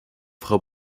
frau